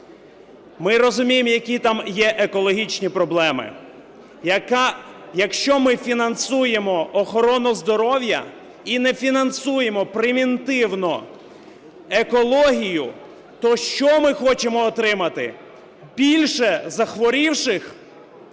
Ми розуміємо, які там є екологічні проблеми, яка... якщо ми фінансуємо охорону здоров'я і не фінансуємо превентивно екологію, то що ми хочемо отримати – більше захворілих.